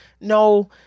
No